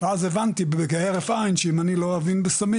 אז הבנתי כהרף עיין שאם אני לא אבין בסמים